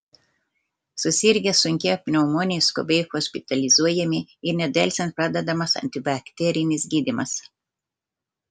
susirgę sunkia pneumonija skubiai hospitalizuojami ir nedelsiant pradedamas antibakterinis gydymas